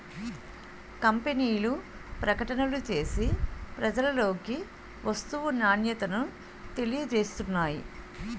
కంపెనీలు ప్రకటనలు చేసి ప్రజలలోకి వస్తువు నాణ్యతను తెలియజేస్తున్నాయి